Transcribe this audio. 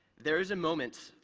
there is a moment,